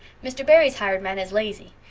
mr. barry's hired man is lazy.